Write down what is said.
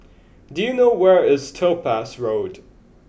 do you know where is Topaz Road